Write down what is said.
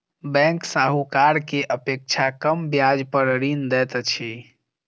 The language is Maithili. बैंक साहूकार के अपेक्षा कम ब्याज पर ऋण दैत अछि